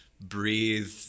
breathe